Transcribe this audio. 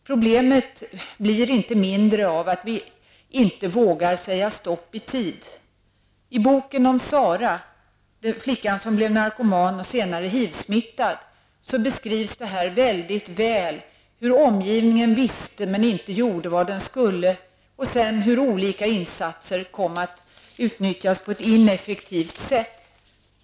Problemet blir inte mindre av att vi inte vågar säga stopp i tid. I boken om Sara, flickan som blev narkoman och senare HIV-smittad, beskrivs väldigt väl hur omgivningen visste, men inte gjorde vad den skulle, och hur sedan olika insatser kom att utnyttjas på ett ineffektivt sätt.